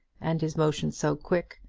and his motion so quick,